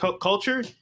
culture